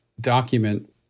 document